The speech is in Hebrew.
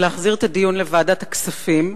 מלהחזיר את הדיון לוועדת הכספים,